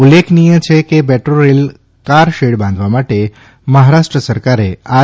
ઉલ્લેખનીય છે કે મેટ્રો રેલ કારશેડ બાંધવા માટે મહારાષ્ટ્ર સરકારે આરે